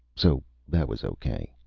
so that was okay.